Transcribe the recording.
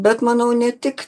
bet manau ne tik